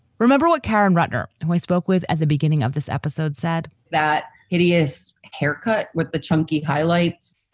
remember what karen rudner and i spoke with at the beginning of this episode said that hideous haircut with the chunky highlights